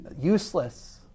useless